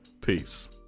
Peace